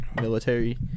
Military